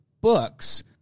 books